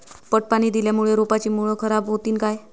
पट पाणी दिल्यामूळे रोपाची मुळ खराब होतीन काय?